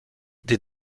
des